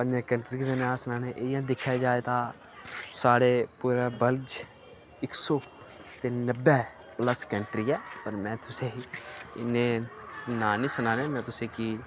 पंजें कंट्रियें दे नांऽ सनानें इयां दिक्खेआ जाए तां साढ़े पूरे वर्ल्ड च इक सौ ते नब्बै प्लस कंट्री ऐ पर में तुसेंगी इन्ने नांऽ नी सनाने में तुसेंगी